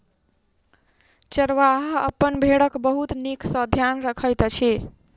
चरवाहा अपन भेड़क बहुत नीक सॅ ध्यान रखैत अछि